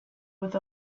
with